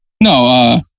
No